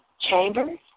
Chambers